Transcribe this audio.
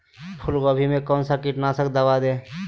फूलगोभी में कौन सा कीटनाशक दवा दे?